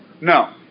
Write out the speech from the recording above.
No